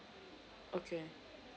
okay